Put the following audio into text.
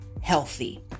healthy